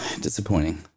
Disappointing